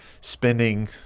spending